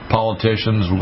politicians